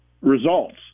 results